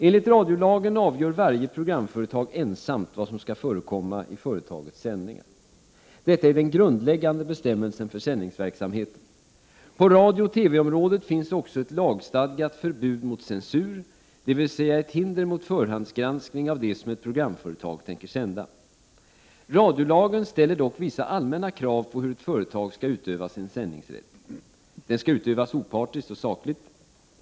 Enligt radiolagen avgör varje programföretag ensamt vad som skall förekomma i företagets sändningar. Detta är den grundläggande bestämmelsen för sändningsverksamheten. På radiooch TV-området finns också ett lagstadgat förbud mot censur, dvs. ett hinder mot förhandsgranskning av det som ett programföretag tänker sända. Radiolagen ställer dock vissa allmänna krav på hur ett företag skall utöva sin sändningsrätt. Den skall utövas opartiskt och sakligt.